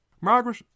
Margaret